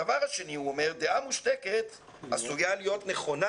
הדבר השני דעה מושתקת עשויה להיות נכונה